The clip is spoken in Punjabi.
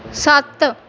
ਸੱਤ